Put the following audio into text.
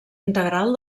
integral